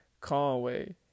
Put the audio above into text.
Conway